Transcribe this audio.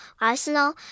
Arsenal